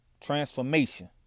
transformation